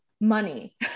money